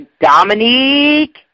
Dominique